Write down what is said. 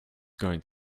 going